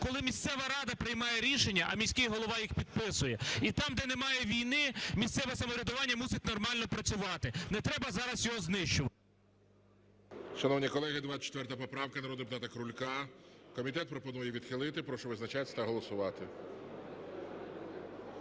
коли місцева рада приймає рішення, а міський голова їх підписує. І там, де немає війни, місцеве самоврядування мусить нормально працювати, не треба зараз його знищувати. ГОЛОВУЮЧИЙ. Шановні колеги, 24 поправка народного депутата Крулька. Комітет пропонує відхилити. Прошу визначатися та голосувати.